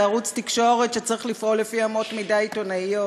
זה ערוץ תקשורת שצריך לפעול לפי אמות מידה עיתונאיות.